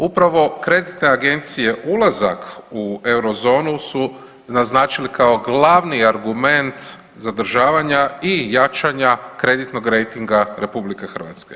Upravo kreditne agencije ulazak u Eurozonu su naznačili kao glavni argument zadržavanja i jačanja kreditnog rejtinga RH.